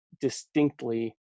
distinctly